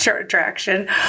attraction